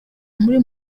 muri